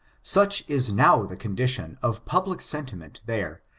such is now the condition of public sentiment there,